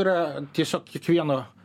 yra tiesiog kiekvieno